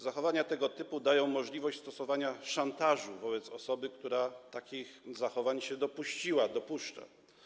Zachowania tego typu dają możliwość stosowania szantażu wobec osoby, która takich zachowań się dopuściła czy dopuszcza.